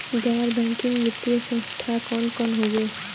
गैर बैकिंग वित्तीय संस्थान कौन कौन हउवे?